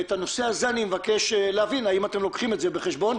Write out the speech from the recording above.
את הנושא הזה אני מבקש להבין האם אתם לוקחים את זה בחשבון,